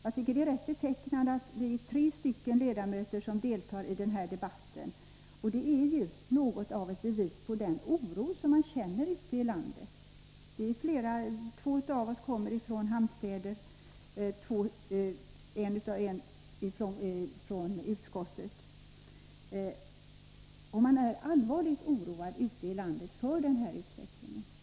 Det är rätt betecknande att vi är tre ledamöter som deltar i denna debatt. Det är något av ett bevis på den oro som man känner ute i landet. Två av oss kommer från hamnstäder, och två är ledamöter av trafikutskottet. Man är ute ilandet allvarligt oroad för denna utveckling.